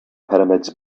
pyramids